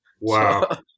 Wow